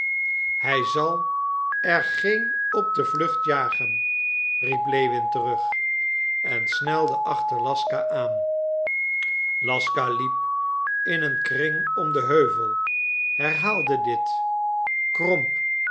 hij zal er geen op de vlucht jagen riep lewin terug en snelde achter laska aan laska liep in een kring om den heuvel herhaalde dit kromp